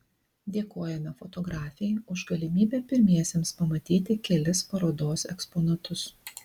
dėkojame fotografei už galimybę pirmiesiems pamatyti kelis parodos eksponatus